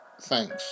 Thanks